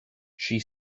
she